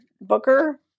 Booker